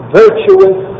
virtuous